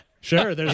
Sure